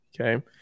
Okay